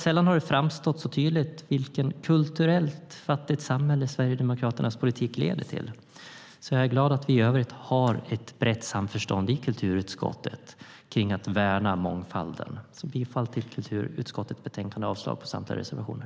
Sällan har det framstått så tydligt vilket kulturellt fattigt samhälle Sverigedemokraternas politik leder till. Jag är därför glad att vi i övrigt har ett brett samförstånd i kulturutskottet om att värna mångfalden. Jag yrkar bifall till utskottets förslag i betänkandet och avslag på samtliga reservationer.